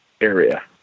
area